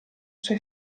sua